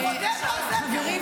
מודה ועוזב, ירוחם.